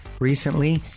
recently